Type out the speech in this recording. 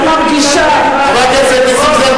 זה מגילת איכה.